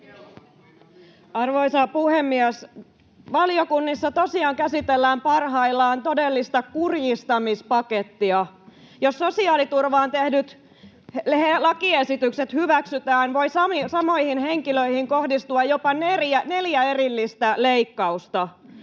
Arvoisa puhemies! Valiokunnissa tosiaan käsitellään parhaillaan todellista kurjistamispakettia. Jos sosiaaliturvaan tehdyt lakiesitykset hyväksytään, voi samoihin henkilöihin kohdistua jopa neljä erillistä leikkausta: